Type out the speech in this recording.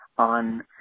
On